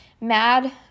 mad